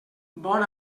bon